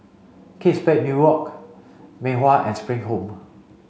Kate Spade New York Mei Hua and Spring Home